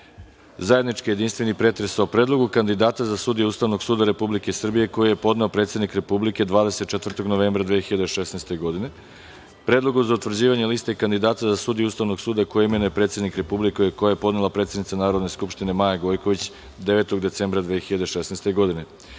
zajednički jedinstveni pretres o: Predlogu kandidata za sudije Ustavnog suda Republike Srbije, koji je podneo predsednik Republike 24. novembra 2016. godine, Predlogu za utvrđivanje Liste kandidata za sudije Ustavnog suda koje imenuje predsednik Republike, koji je podnela predsednica Narodne skupštine Maja Gojković, 9. decembra 2016. godine;-